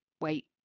wait